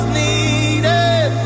needed